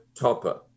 Topper